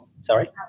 Sorry